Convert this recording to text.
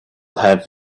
have